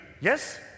Yes